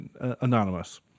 Anonymous